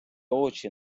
очі